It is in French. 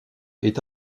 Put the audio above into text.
est